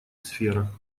сферах